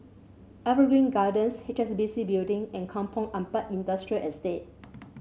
Evergreen Gardens H S B C Building and Kampong Ampat Industrial Estate